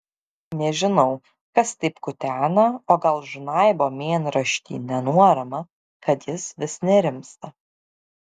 nežinau kas taip kutena o gal žnaibo mėnraštį nenuoramą kad jis vis nerimsta